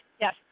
Yes